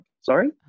sorry